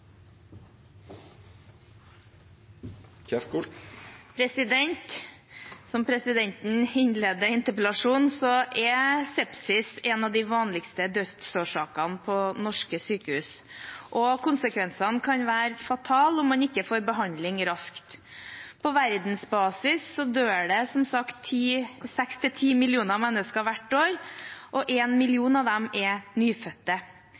5. Som presidenten nå sa i innledningen til interpellasjonen, er sepsis en av de vanligste dødsårsakene på norske sykehus. Konsekvensene kan være fatale om man ikke får behandling raskt. På verdensbasis dør det som sagt 6–10 millioner mennesker hvert år, og 1 million av dem er nyfødte.